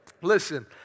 Listen